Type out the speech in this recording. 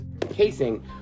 casing